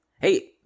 hey